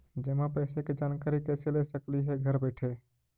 जमा पैसे के जानकारी कैसे ले सकली हे घर बैठे?